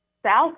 South